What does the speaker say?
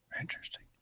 Interesting